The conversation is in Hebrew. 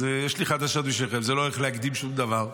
אז יש לי חדשות בשבילכם: זה לא הולך להקדים שום דבר.